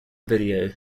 video